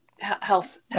health